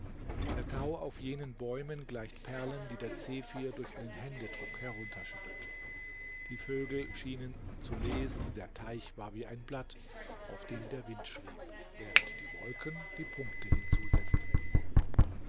der tau auf jenen bäumen gleicht perlen die der zephyr durch einen händedruck herunterschüttelt die vögel schienen zu lesen der teich war wie ein blatt auf dem der wind schrieb während die wolken die punkte hinzusetzten